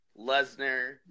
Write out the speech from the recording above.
Lesnar